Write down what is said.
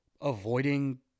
avoiding